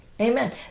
Amen